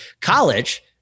College